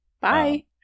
Bye